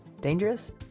dangerous